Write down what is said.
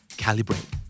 calibrate